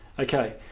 Okay